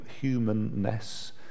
humanness